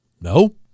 no